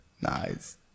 nice